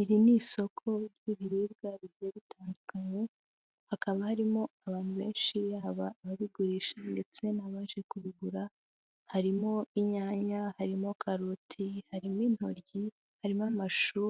Iri ni isoko ry'ibiribwa bigiye bitandukanye, hakaba harimo abantu benshi yaba ababigurisha ndetse n'abaje kubigura, harimo inyanya, harimo karoti, harimo intoryi, harimo amashu,